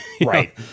right